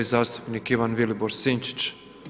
Zastupnik Ivan Vilibor Sinčić.